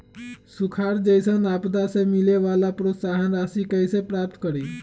सुखार जैसन आपदा से मिले वाला प्रोत्साहन राशि कईसे प्राप्त करी?